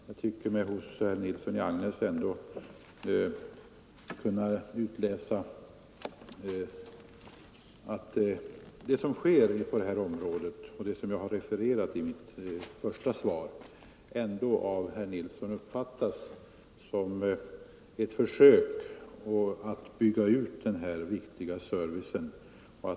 Jag tyckte mig hos herr Nilsson i Agnäs ändå kunna utläsa att det som sker på detta område och det som jag refererat i mitt svar av herr Nilsson uppfattats som ett försök att bygga ut denna viktiga service.